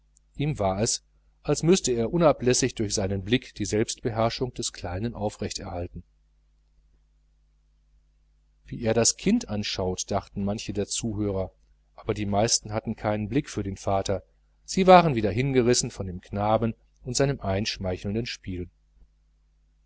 ihm war es als müßte er unablässig durch seinen blick die selbstbeherrschung des kleinen aufrechterhalten wie er das kind anschaut dachten manche der zuhörer aber die meisten hatten keinen blick für den vater sie waren wieder hingerissen von dem knaben und seinem einschmeichelnden spiel